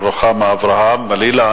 רוחמה אברהם-בלילא.